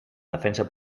defensa